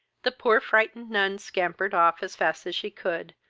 the poor frightened nun scampered off as fast as she could,